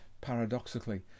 paradoxically